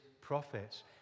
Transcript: prophets